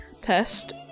test